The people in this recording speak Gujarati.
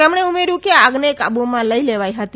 તેમણે ઉમેર્યુ કે આગને કાબુમાં લઇ લેવાઇ હતી